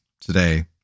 today